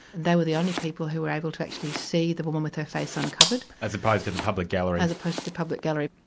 they were the only people who were able to actually see the woman with her face uncovered. as opposed to the public gallery? as opposed to the public gallery.